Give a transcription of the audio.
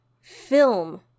film